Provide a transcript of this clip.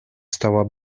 stała